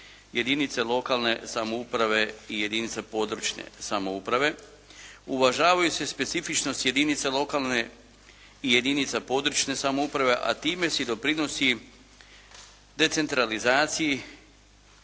jedinice lokalne samouprave i jedinica područne samouprave uvažavaju se specifičnost jedinica lokalne i jedinica područne samouprave, a time se i doprinosi decentralizaciji